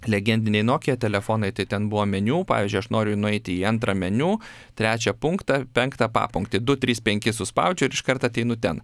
legendiniai nokia telefonai tai ten buvo meniu pavyzdžiui aš noriu nueiti į antrą meniu trečią punktą penktą papunktį du trys penki suspaudžiu ir iškart ateinu ten